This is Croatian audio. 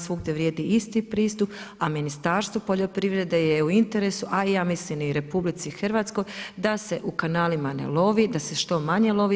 Svugdje vrijedi isti pristup, a Ministarstvu poljoprivrede je u interesu, a ja mislim i RH da se u kanalima ne lovi, da se što manje lovi.